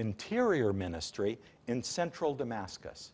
interior ministry in central damascus